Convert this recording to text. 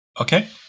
Okay